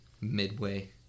midway